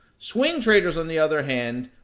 swing traders, on the other hand,